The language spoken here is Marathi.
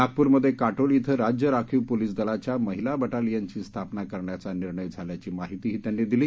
नागपूरमधे काटोल क्वि राज्य राखीव पोलिस दलाच्या महिला बटालियनघी स्थापना करण्याचा निर्णय झाल्याची माहितीही त्यांनी दिली